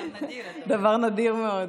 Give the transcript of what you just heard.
דבר נדיר מאוד.